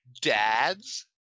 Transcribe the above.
Dads